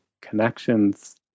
connections